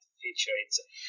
feature